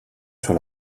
sur